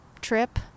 trip